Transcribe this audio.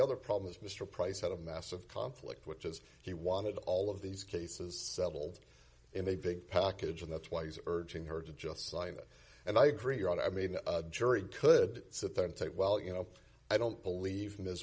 other problem is mr price had a massive conflict which is he wanted all of these cases settled in a big package and that's why he's urging her to just sign it and i agree on i mean jury could sit there and say well you know i don't believe ms